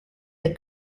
the